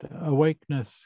awakeness